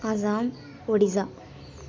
Assam Odisha